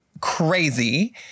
crazy